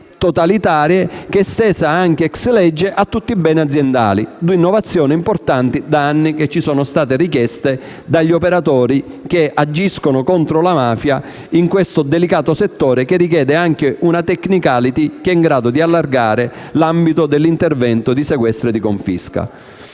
totalitarie è esteso *ex lege* a tutti i beni aziendali: un'innovazione importante, tra le tante che da anni ci vengono richieste dagli operatori che agiscono contro la mafia in questo delicato settore e che richiede anche una *technicality* che sia in grado di allargare l'ambito di intervento di sequestro e di confisca.